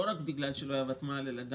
לא רק בגלל שלא היה ותמ"ל אלא,